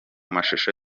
mashusho